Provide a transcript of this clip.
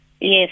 Yes